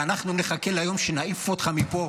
ואנחנו נחכה ליום שבו נעיף אותך מפה,